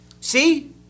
See